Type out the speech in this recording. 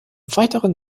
weiteren